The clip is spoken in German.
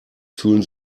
fühlen